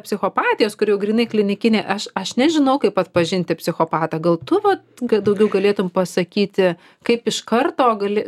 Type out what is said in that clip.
psichopatijos kur jau grynai klinikinė aš aš nežinau kaip atpažinti psichopatą gal tu va kad daugiau galėtum pasakyti kaip iš karto gali